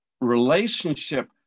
relationship